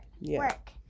work